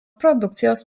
produkcijos